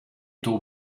taux